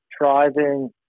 driving